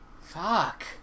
Fuck